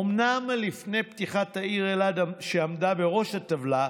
אומנם לפניה העיר אילת, שעמדה בראש הטבלה,